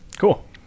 cool